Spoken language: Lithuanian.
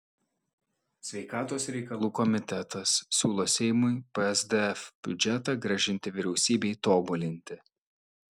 sveikatos reikalų komitetas siūlo seimui psdf biudžetą grąžinti vyriausybei tobulinti